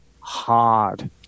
hard